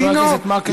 חבר הכנסת מקלב.